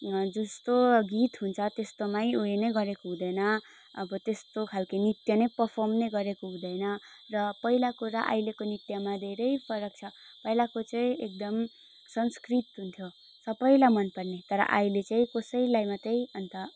जस्तो गीत हुन्छ त्यस्तोमै उयो नै गरेको हुँदैन अब त्यस्तो खालके नृत्य नै पर्फर्म नै गरेको हुँदैन र पहिलाको र अहिलेको नृत्यमा धेरै फरक छ पहिलाको चाहिँ एकदम संस्कृत हुन्थ्यो सबैलाई मन पर्ने तर अहिले चाहिँ कसैलाई मात्रै अन्त